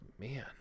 Man